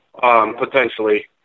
potentially